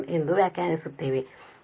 ಎಂದು ವ್ಯಾಖ್ಯಾನಿಸುತ್ತೇವೆ